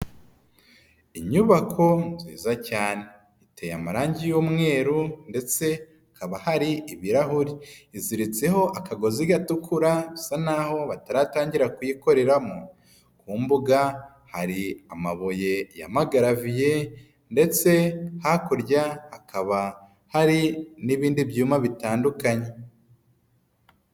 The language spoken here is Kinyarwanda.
Inyubako nziza cyane iteye amarangi y'umweru ndetse hakaba hari ibirahure. Iziritseho akagozi gatukura bisa naho bataratangira kuyikoreramo. Ku mbuga hari amabuye y'amagaraviye ndetse hakurya hakaba hari n'ibindi byuma bitandukanye.